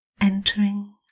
entering